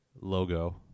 logo